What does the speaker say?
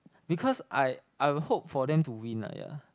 because I I will hope for them to win ah yeah